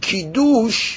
Kiddush